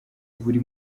buri